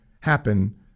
happen